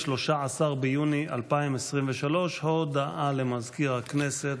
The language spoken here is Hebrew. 13 ביוני 2023. הודעה למזכיר הכנסת,